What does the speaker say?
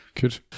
Good